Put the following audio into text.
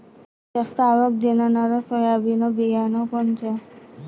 जास्त आवक देणनरं सोयाबीन बियानं कोनचं?